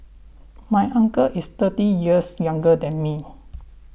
my uncle is thirty years younger than me